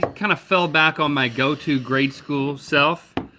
kinda fell back on my go to grade school self,